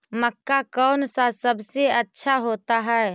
मक्का कौन सा सबसे अच्छा होता है?